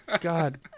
God